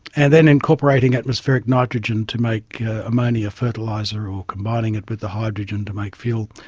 and then incorporating atmospheric nitrogen to make ammonia fertiliser or combining it with the hydrogen to make fuel.